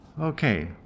Okay